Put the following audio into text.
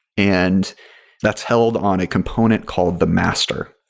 and that's held on a component called the master,